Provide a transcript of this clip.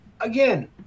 again